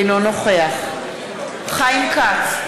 אינו נוכח חיים כץ,